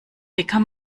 dicker